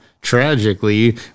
Tragically